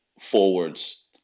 forwards